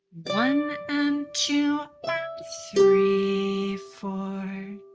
one and two three four.